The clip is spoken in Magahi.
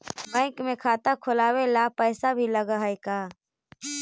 बैंक में खाता खोलाबे ल पैसा भी लग है का?